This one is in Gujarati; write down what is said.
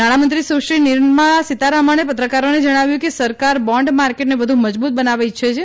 નાણામંત્રી સુશ્રી નિર્મળા સીતારમણે પત્રકારોને જણાવ્યું કે સરકાર બોન્ડ માર્કેટને વધુ મજબૂત બનાવવા ઇચ્છે છે